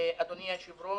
אדוני היושב-ראש,